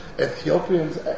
Ethiopians